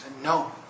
no